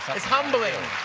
it's humbling.